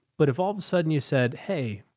but if all of a sudden you said, hey,